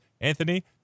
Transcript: Anthony